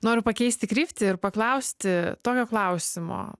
noriu pakeisti kryptį ir paklausti tokio klausimo